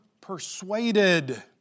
persuaded